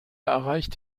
erreicht